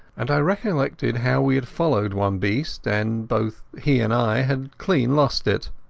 and i recollected how we had followed one beast, and both he and i had clean lost it.